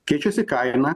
keičiasi kaina